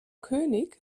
könig